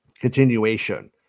continuation